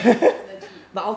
allergic